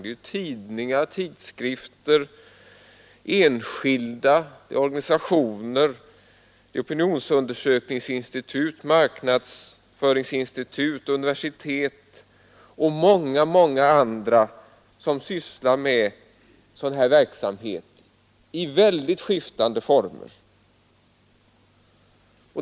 Det är tidningar, tidskrifter, enskilda, organisationer, opinionsundersökningsinstitut, marknadsföringsinstitut, universitet och många andra som sysslar med sådan här verksamhet i mycket skiftande former.